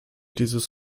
dieses